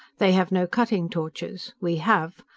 they have no cutting torches. we have.